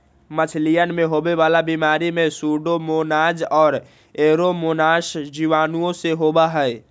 मछलियन में होवे वाला बीमारी में सूडोमोनाज और एयरोमोनास जीवाणुओं से होबा हई